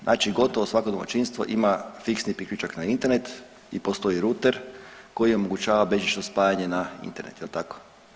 Znači gotovo svako domaćinstvo ima fiksni priključak na internet i postoji ruter koji omogućava bežično spajanje na internet jel tako.